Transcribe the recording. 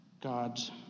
God's